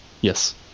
Yes